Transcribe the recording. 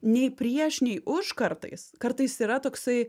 nei prieš nei už kartais kartais yra toksai